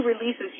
releases